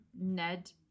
Ned